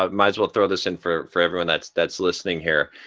um might as well throw this in for for everyone that's that's listening here.